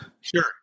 Sure